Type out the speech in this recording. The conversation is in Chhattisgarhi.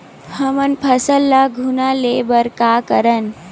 हमर फसल ल घुना ले बर का करन?